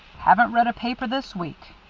haven't read a paper this week.